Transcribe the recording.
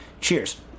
Cheers